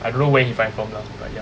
I don't know where he buy from lah but ya